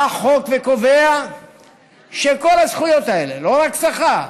בא החוק וקובע שכל הזכויות האלה, לא רק שכר,